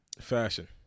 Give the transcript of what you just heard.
fashion